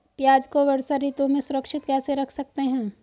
प्याज़ को वर्षा ऋतु में सुरक्षित कैसे रख सकते हैं?